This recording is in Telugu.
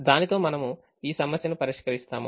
దానితో మనము ఈ సమస్యను పరిష్కరిస్తాము